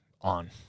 on